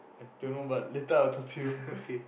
i don't know but later I will talk to you